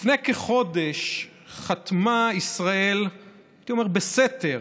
לפני כחודש חתמה ישראל, הייתי אומר בסתר,